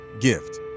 gift